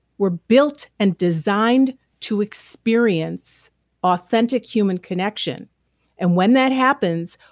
we're built and designed to experience authentic human connection and when that happens,